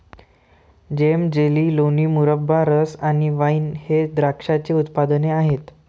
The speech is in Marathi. जेम, जेली, लोणी, मुरब्बा, रस आणि वाइन हे द्राक्षाचे उत्पादने आहेत